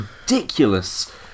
ridiculous